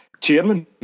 chairman